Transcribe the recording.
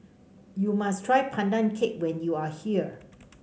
you must try Pandan Cake when you are here